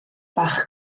bach